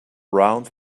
round